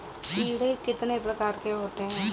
कीड़े कितने प्रकार के होते हैं?